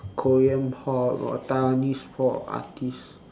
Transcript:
korean tall or taiwanese tall artiste